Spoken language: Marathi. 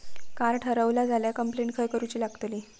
कार्ड हरवला झाल्या कंप्लेंट खय करूची लागतली?